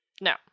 No